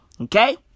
Okay